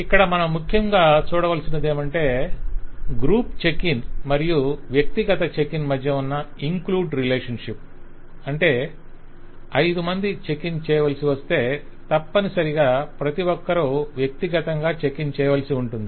ఇక్కడ మనం ముఖ్యంగా చూడవలసినవేమంటే గ్రూప్ చెక్ ఇన్ మరియు వ్యక్తిగత చెక్ ఇన్ మధ్య ఉన్నఇంక్లూడ్ రిలేషన్షిప్ అంటే 5 మంది చెక్ ఇన్ చేయవలసి వస్తే తప్పనిసరిగా ప్రతి ఒక్కరు వ్యక్తిగతంగా చెక్ ఇన్ చేయవలసి ఉంటుంది